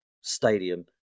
stadium